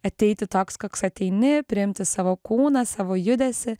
ateiti toks koks ateini priimti savo kūną savo judesį